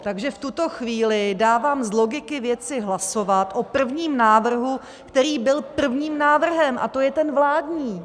Takže v tuto chvíli dávám z logiky věci hlasovat o prvním návrhu, který byl prvním návrhem, a to je ten vládní.